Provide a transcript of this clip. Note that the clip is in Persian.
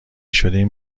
شدیم